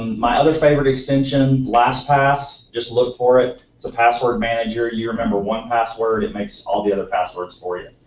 my other favorite extension, lastpass, just look for it, it's a password manager, you remember one password, it makes all the other passwords for you.